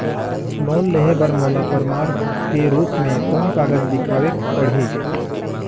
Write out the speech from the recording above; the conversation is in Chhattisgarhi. लोन लेहे बर मोला प्रमाण के रूप में कोन कागज दिखावेक पड़ही?